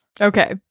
Okay